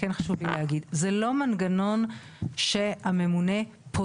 אם אני פועל בלי היתר ואני כן עובר את ההספק המינימלי של החוק בפועל,